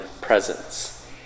presence